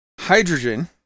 hydrogen